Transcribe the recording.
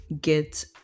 get